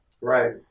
Right